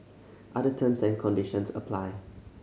other terms and conditions apply